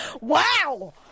Wow